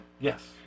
Yes